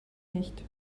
nicht